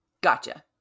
Gotcha